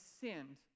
sinned